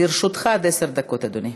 לרשותך עד עשר דקות, אדוני.